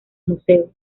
museo